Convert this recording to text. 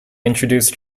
introduced